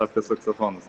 apie saksofonus